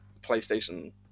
PlayStation